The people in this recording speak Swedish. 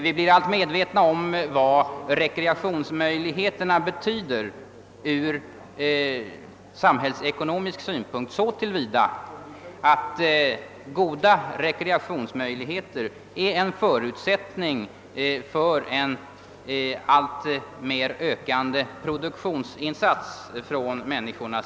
Vi blir alltmer medvetna om vad rekreationsmöjligheterna betyder ur samhällsekonomisk synpunkt. Goda rekreationsmöjligheter är en förutsättning för en alltmer ökande produktionsinsats av människorna.